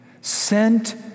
sent